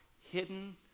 hidden